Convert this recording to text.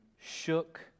shook